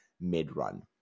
mid-run